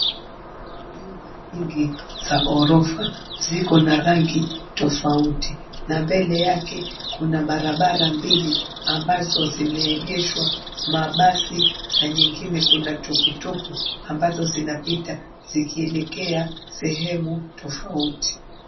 Nyumba nyingi za ghorofa ziko na rangi tofauti na mbele yake kuna barabara mbili ambazo zimeegeshwa mabasi na nyingine kuna tuktuk ambazo zinapita zikielekea sehemu tofauti.